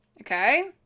Okay